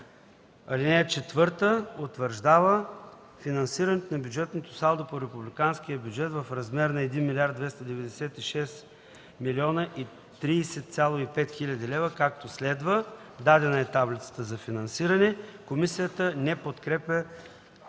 хил. лв. (4) Утвърждава финансирането на бюджетното салдо по републиканския бюджет в размер 1 296 030,5 хил. лв., както следва:” Дадена е таблицата за финансиране. Комисията не подкрепя